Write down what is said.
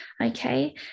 Okay